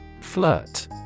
Flirt